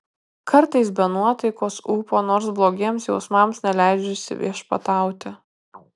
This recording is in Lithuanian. kartais be nuotaikos ūpo nors blogiems jausmams neleidžiu įsiviešpatauti